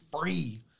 free